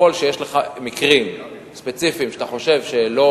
ככל שיש לך מקרים ספציפיים שאתה חושב שלא